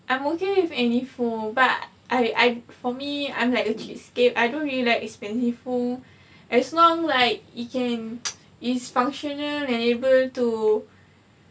I'm okay with any phone but I I for me I'm like a cheapskate I don't really like expensive phone as long like it can it's functional and able to